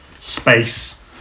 Space